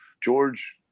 George